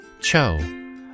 Cho